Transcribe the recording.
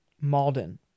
Malden